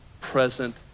present